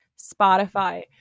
Spotify